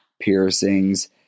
piercings